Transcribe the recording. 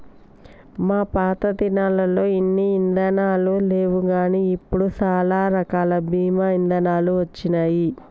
మా పాతదినాలల్లో ఇన్ని ఇదానాలు లేవుగాని ఇప్పుడు సాలా రకాల బీమా ఇదానాలు వచ్చినాయి